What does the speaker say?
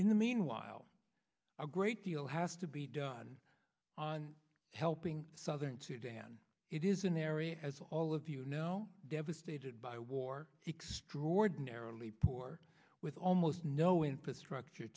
in the meanwhile a great deal has to be done on helping southern sudan it is an area as all of you know devastated by war extraordinarily poor with almost no infrastructure